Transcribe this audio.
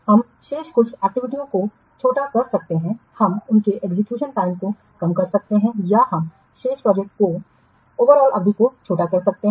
हम शेष कुछ एक्टिविटीयों को छोटा कर सकते हैं हम उनके एग्जीक्यूशन टाइम को कम कर सकते हैं या हम शेष प्रोजेक्ट की समग्र अवधि को छोटा कर सकते हैं